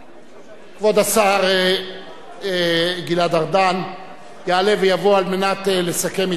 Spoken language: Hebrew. כבוד השר גלעד ארדן יעלה ויבוא לסכם מטעם הממשלה,